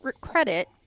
credit